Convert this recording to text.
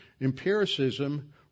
Empiricism